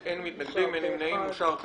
הצבעה בעד, 5 נגד, אין נמנעים, אין המיזוג אושר.